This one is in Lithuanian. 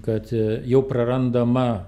kad jau prarandama